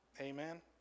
Amen